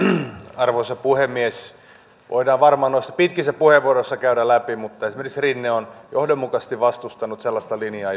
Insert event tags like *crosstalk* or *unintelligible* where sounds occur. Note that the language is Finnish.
arvoisa puhemies voidaan varmaan noissa pitkissä puheenvuoroissa käydä läpi tätä mutta esimerkiksi rinne on johdonmukaisesti vastustanut sellaista linjaa *unintelligible*